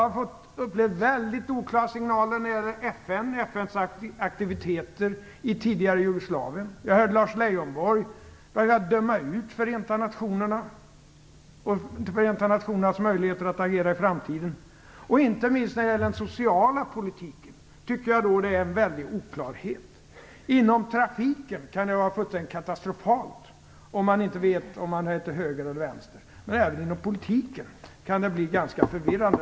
Jag har upplevt mycket oklara signaler när det gäller FN och FN:s aktiviteter i det tidigare Jugoslavien. Jag har hört Lars Leijonborg vara på väg att döma ut Förenta nationerna och Förenta nationernas möjligheter att agera i framtiden. Och inte minst när det gäller den sociala politiken tycker jag att det råder stor oklarhet. Inom trafiken kan det vara fullständigt katastrofalt om man inte vet om man är till höger eller vänster. Men även inom politiken kan det bli ganska förvirrande,